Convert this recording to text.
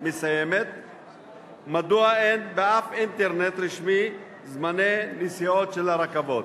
2. מדוע אין באף אתר אינטרנט רשמי זמני הנסיעות של הרכבות?